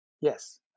Yes